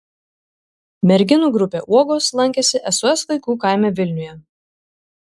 merginų grupė uogos lankėsi sos vaikų kaime vilniuje